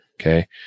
okay